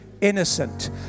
innocent